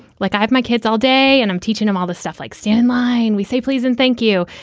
like i have my kids all day and i'm teaching them all the stuff like stand in line. we say please and thank you.